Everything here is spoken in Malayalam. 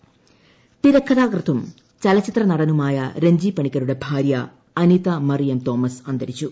മരണം തിരക്കഥാകൃത്തും ചലചിത്ര നടനുമായ രഞ്ജി പണിക്കരുടെ ഭാര്യ അനിത മറിയം തോമസ് അന്തരിച്ചു